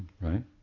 Right